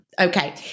Okay